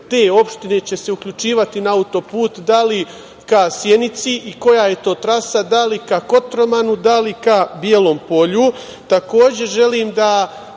te opštine će se uključivati na autoput, da li ka Sjenici i koja je to trasa, da li ka Kotromanu, da li ka Bijelom